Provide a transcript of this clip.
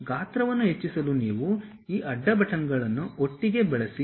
ಗಾತ್ರವನ್ನು ಹೆಚ್ಚಿಸಲು ನೀವು ಈ ಅಡ್ಡ ಬಟನ್ಗಳನ್ನು ಒಟ್ಟಿಗೆ ಬಳಸಿ